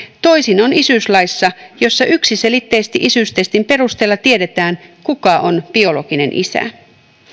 toisin on isyyslaissa jossa yksiselitteisesti isyystestin perusteella tiedetään kuka on biologinen isä